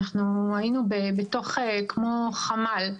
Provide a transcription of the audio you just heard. היינו כמו בתוך חמ"ל.